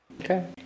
Okay